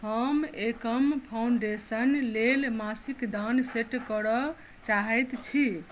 हम एकम फाउंडेशन लेल मासिक दान सेट करऽ चाहैत छी